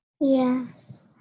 Yes